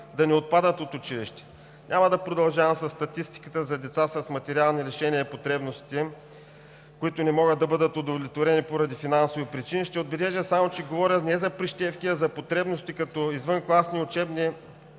да не отпадат от училище. Няма да продължавам със статистиката за деца с материални лишения и потребности, които не могат да бъдат удовлетворени поради финансови причини. Ще отбележа само, че говоря не за прищевки, а за потребности като извънкласни учебни